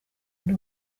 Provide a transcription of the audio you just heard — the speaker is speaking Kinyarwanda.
ndi